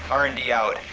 r and d out.